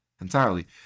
entirely